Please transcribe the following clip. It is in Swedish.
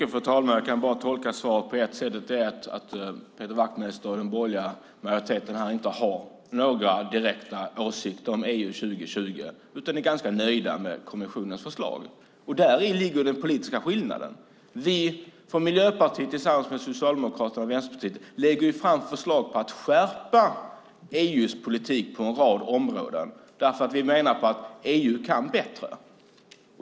Fru talman! Jag kan bara tolka svaret på ett sätt, och det är att Peder Wachtmeister och den borgerliga majoriteten inte har några direkta åsikter om EU 2020 utan är ganska nöjda med kommissionens förslag. Däri ligger den politiska skillnaden. Vi från Miljöpartiet tillsammans med Socialdemokraterna och Vänsterpartiet lägger fram förslag om att skärpa EU:s politik på en rad områden därför att vi menar att EU kan bättre.